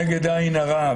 נגד עין הרע.